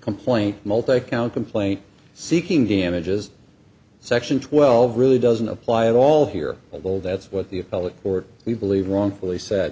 complaint multi county complaint seeking damages section twelve really doesn't apply at all here but well that's what the appellate court we believe wrongfully said